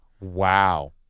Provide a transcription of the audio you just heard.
Wow